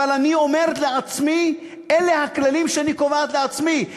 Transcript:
אבל אני אומרת לעצמי: אלה הכללים שאני קובעת לעצמי.